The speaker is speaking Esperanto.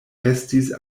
restis